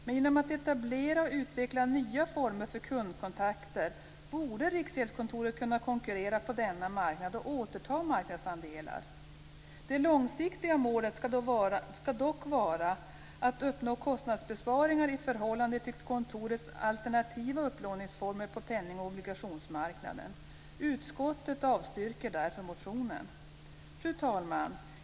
Men genom att etablera och utveckla nya former för kundkontakter borde Riksgäldskontoret kunna konkurrera på denna marknad och återta marknadsandelar. Det långsiktiga målet skall dock vara att uppnå kostnadsbesparingar i förhållande till kontorets alternativa upplåningsformer på penning och obligationsmarknaden. Utskottet avstyrker därför motionen. Fru talman!